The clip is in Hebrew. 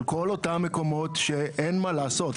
על כל אותם מקומות שאין מה לעשות,